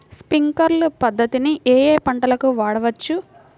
Sprinkler పద్ధతిని ఏ ఏ పంటలకు వాడవచ్చు?